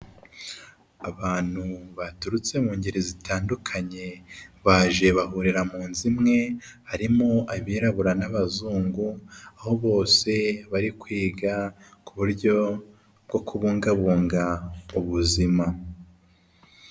Abantu baturutse mu ngeri zitandukanye baje bahurira mu nzu imwe, harimo abirabura n'abazungu aho bose bari kwiga ku buryo bwo kubungabunga ubuzima.